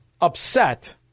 upset